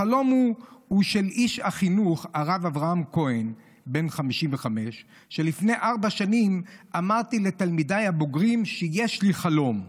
החלום הוא של איש החינוך הרב אברהם כהן" בן 55. "'לפני ארבע שנים אמרתי לתלמידיי הבוגרים שיש לי חלום,